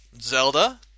Zelda